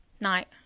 night